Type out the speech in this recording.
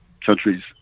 countries